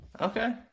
Okay